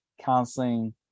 counseling